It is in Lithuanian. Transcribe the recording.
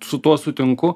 su tuo sutinku